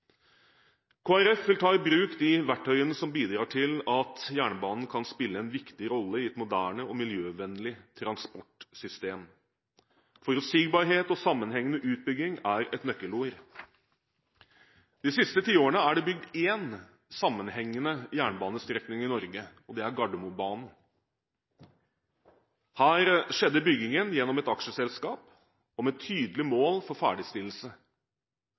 vil ta i bruk de verktøyene som bidrar til at jernbanen kan spille en viktig rolle i et moderne og miljøvennlig transportsystem. Forutsigbarhet og sammenhengende utbygging er et nøkkelord. De siste tiårene er det bygget én sammenhengende jernbanestrekning i Norge, og det er Gardermobanen. Her skjedde byggingen gjennom et aksjeselskap og med tydelig mål for ferdigstillelse.